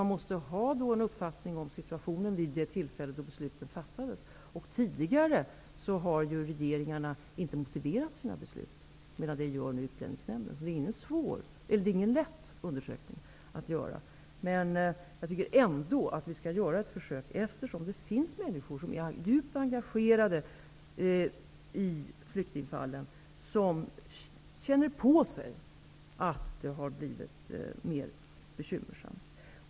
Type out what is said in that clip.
Man måste ha en uppfattning om situationen vid de tillfällen då besluten fattades. Regeringarna har ju tidigare inte motiverat sina beslut, men det gör nu Utlänningsnämnden. Det är ingen lätt undersökning att göra. Jag tycker ändå att vi skall göra ett försök, eftersom det finns människor som är djupt engagerade i flyktingfallen som känner på sig att det har blivit mer bekymmersamt.